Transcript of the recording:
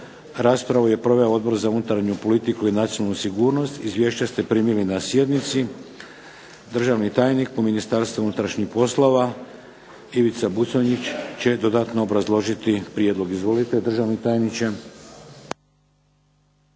Raspravu je proveo Odbor za unutarnju politiku i nacionalnu sigurnost. Izvješća ste primili na sjednici. Državni tajnik u Ministarstvu unutrašnjih poslova, Ivica Buconjić, će dodatno obrazložiti prijedlog. Izvolite, državni tajniče.